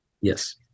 Yes